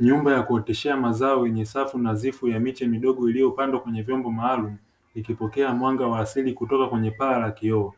Nyumba Ya kuoteshea mazao yenye safu na zipo ya miche midogo, iliyopandwa kwenye vyombo maalumu, ikipokea mwanga wa asili kutoka kwenye paa la kioo